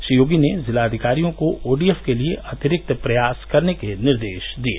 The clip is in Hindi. श्री योगी ने जिलाधिकारियों को ओडीएफ के लिये अतिरिक्त प्रयास करने के निर्देश दिये